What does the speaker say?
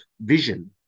vision